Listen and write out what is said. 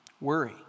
worry